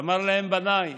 אמר להם: בניי,